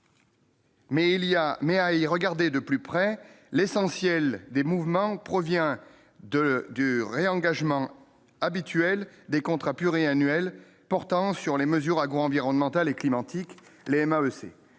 mais à y regarder de plus près, l'essentiel des mouvements provient de du réengagement habituel des contrats pluriannuels portant sur les mesures agro-environnementales et climatiques, le MAEC,